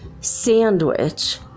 sandwich